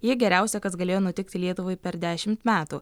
ji geriausia kas galėjo nutikti lietuvai per dešimt metų